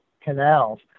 canals